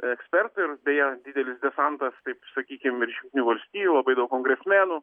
ekspertų ir beje didelis desantas taip sakykime iš valstijų labai daug kongresmenų